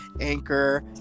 anchor